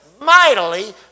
mightily